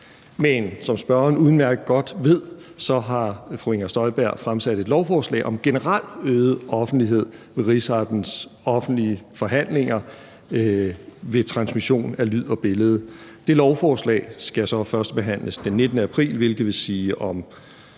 Men som spørgeren udmærket godt ved, har fru Inger Støjberg fremsat et lovforslag om generel øget offentlighed ved Rigsrettens offentlige forhandlinger ved transmission af lyd og billede. Dette lovforslag skal førstebehandles den 19. april, hvilket vil sige om